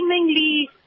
seemingly